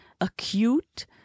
acute